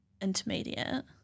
intermediate